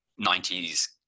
90s